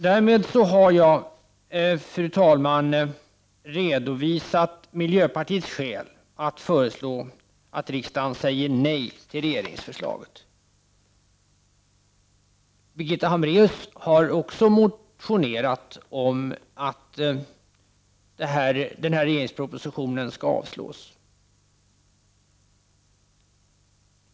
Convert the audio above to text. Därmed har jag, fru talman, redovisat miljöpartiets skäl för att föreslå att riksdagen säger nej till regeringsförslaget. Birgitta Hambraeus har också motionerat om att propositionen skall avslås.